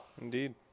indeed